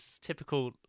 typical